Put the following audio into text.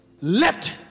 left